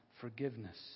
forgiveness